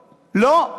לא.